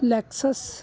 Lexus